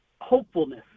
hopefulness